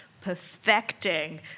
perfecting